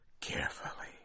carefully